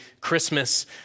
Christmas